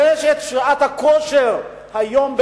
יש שעת הכושר היום,